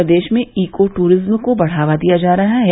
प्रदेश में eco tourism को बढ़ावा दिया जा रहा है